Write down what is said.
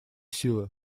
силы